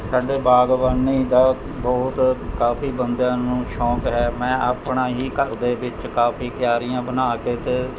ਸਾਡੇ ਬਾਗਵਾਨੀ ਦਾ ਬਹੁਤ ਕਾਫ਼ੀ ਬੰਦਿਆਂ ਨੂੰ ਸ਼ੌਂਕ ਹੈ ਮੈਂ ਆਪਣਾ ਹੀ ਘਰ ਦੇ ਵਿੱਚ ਕਾਫ਼ੀ ਕਿਆਰੀਆਂ ਬਣਾ ਕੇ ਅਤੇ